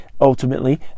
Ultimately